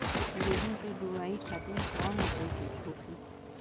गेहूँ के बुआई खातिन कवन मशीन ठीक होखि?